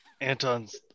Anton's